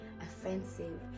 offensive